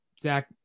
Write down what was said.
Zach